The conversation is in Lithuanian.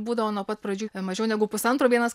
būdavo nuo pat pradžių mažiau negu pusantro vienas